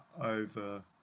over